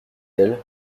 elle